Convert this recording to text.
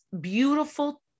beautiful